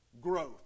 growth